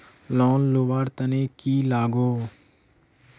Loan लुवा र तने की लगाव?